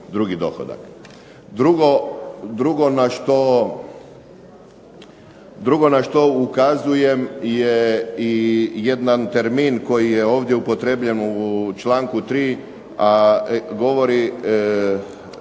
Drugo na što ukazujem je i jedan termin koji je ovdje upotrijebljen u članku 3., a govori,